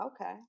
Okay